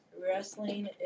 Wrestling